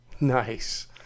Nice